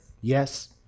Yes